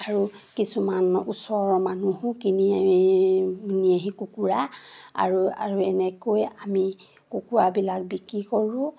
আৰু কিছুমান ওচৰৰ মানুহেও কিনি নিয়েহি কুকুৰা আৰু আৰু এনেকৈ আমি কুকুৰাবিলাক বিক্ৰী কৰোঁ